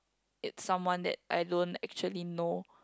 it's someone that I don't actually know